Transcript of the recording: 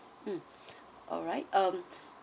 mm alright um